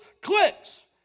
clicks